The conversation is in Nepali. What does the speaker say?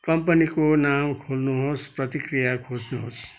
कम्पनीको नाउँ खोल्नुहोस् प्रतिक्रिया खोज्नुहोस्